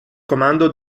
comando